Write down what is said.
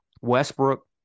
Westbrook